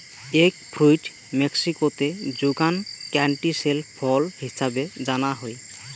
egg fruit মেক্সিকোতে যুগান canistel ফল হিছাবে জানা হই